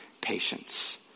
patience